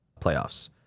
playoffs